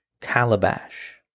calabash